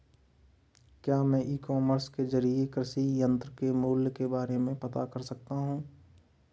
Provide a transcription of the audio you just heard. क्या मैं e commerce के ज़रिए कृषि यंत्र के मूल्य के बारे में पता कर सकता हूँ?